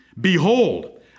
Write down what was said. Behold